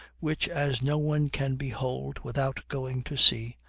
which as no one can behold without going to sea,